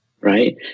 right